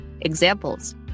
examples